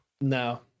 No